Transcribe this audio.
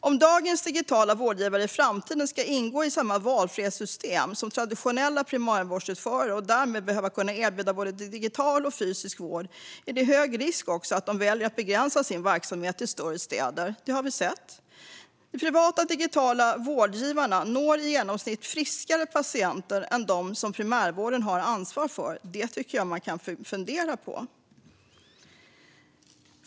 Om dagens digitala vårdgivare i framtiden ska ingå i samma valfrihetssystem som traditionella primärvårdsutförare och därmed behöver kunna erbjuda både digital och fysisk vård är det också hög risk att de väljer att begränsa sin verksamhet till större städer; det har vi sett. De privata digitala vårdgivarna når också i genomsnitt friskare patienter än dem som primärvården har ansvar för. Det tycker jag att man kan fundera på.